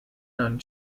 non